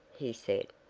he said.